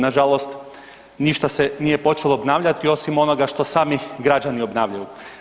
Nažalost, ništa se nije počelo obnavljati osim onoga što sami građani obnavljaju.